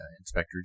Inspector